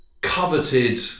coveted